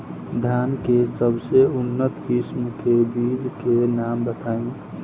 धान के सबसे उन्नत किस्म के बिज के नाम बताई?